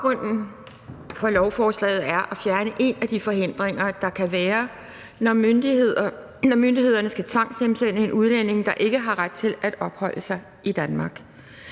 Baggrunden for lovforslaget er ønsket om at fjerne en af de forhindringer, der kan være, når myndighederne skal tvangshjemsende en udlænding, der ikke har ret til at opholde sig i Danmark.